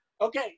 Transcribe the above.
Okay